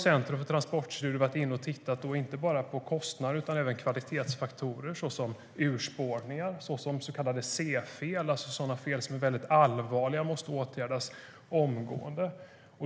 Centrum för transportstudier har tittat inte bara på kostnader utan även på kvalitetsfaktorer såsom urspårningar och C-fel, det vill säga sådana fel som är allvarliga och måste åtgärdas omgående.